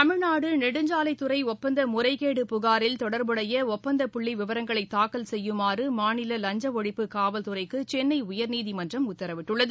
தமிழ்நாடு நெடுஞ்சாலைதுறை ஒப்பந்த முறைகேடு புகாரில் தொடா்புடைய ஒப்பந்தப்புள்ளி விவரங்களை தாக்கல் செய்யுமாறு மாநில லஞ்ச ஒழிப்பு காவல்துறைக்கு சென்னை உயா்நீதிமன்றம் உத்தரவிட்டுள்ளது